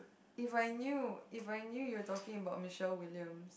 If I knew If I knew you are talking about Michelle-William